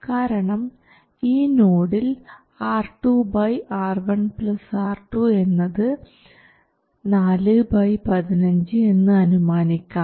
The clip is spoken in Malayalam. കാരണം ഈ നോഡിൽ R2 R1 R2 എന്നത് 4 ബൈ 15 എന്ന് അനുമാനിക്കാം